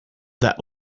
that